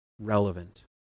relevant